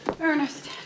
Ernest